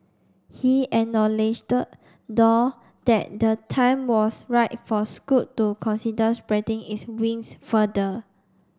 he acknowledged though that the time was right for Scoot to consider spreading its wings further